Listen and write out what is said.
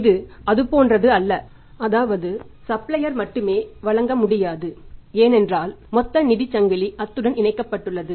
இது அதுபோன்று அல்ல அதாவது சப்ளையர் மட்டுமே வழங்க முடியாது ஏனென்றால் மொத்த நிதி சங்கிலி அத்துடன் இணைக்கப்பட்டுள்ளது